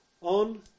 on